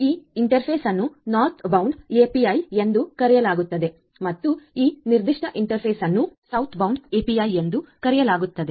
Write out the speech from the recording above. ಈ ಇಂಟರ್ಫೇಸ್ ಅನ್ನು northbound API ಎಂದು ಕರೆಯಲಾಗುತ್ತದೆ ಮತ್ತು ಈ ನಿರ್ದಿಷ್ಟ ಇಂಟರ್ಫೇಸ್ ಅನ್ನು ಸೌತ್ಬೌಂಡ್ ಎಪಿಐ ಎಂದು ಕರೆಯಲಾಗುತ್ತದೆ